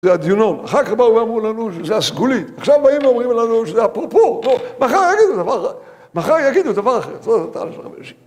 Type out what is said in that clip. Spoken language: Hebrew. זה הדיונון, אחר כך באו ואמרו לנו שזה הסגולית, עכשיו באים ואומרים לנו שזה הפורפור, בואו, מחר יגידו דבר אחר, מחר יגידו דבר אחר, תודה רבה ראשית.